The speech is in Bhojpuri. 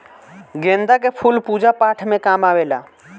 गेंदा के फूल पूजा पाठ में काम आवेला